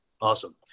Awesome